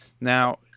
Now